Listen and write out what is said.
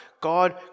God